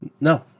No